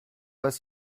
pas